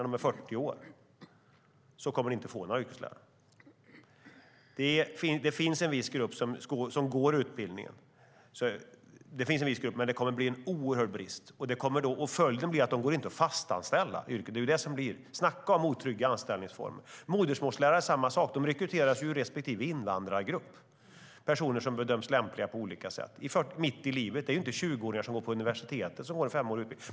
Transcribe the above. Då kommer ni inte att få några yrkeslärare. Det finns en viss grupp som genomgår utbildningen, men det kommer att bli en oerhörd brist. Följden blir att det inte går att fastanställa dessa personer. Snacka om otrygga anställningsformer! Det är samma sak med modersmålslärare. De rekryteras i respektive invandrargrupp. Det rör sig om personer mitt i livet som anses lämpliga. Det är inte 20-åringar som går på universitet i fem år.